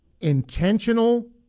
intentional